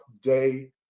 day